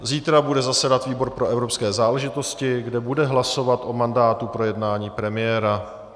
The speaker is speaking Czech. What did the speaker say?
Zítra bude zasedat výbor pro evropské záležitosti, kde bude hlasovat o mandátu pro jednání premiéra.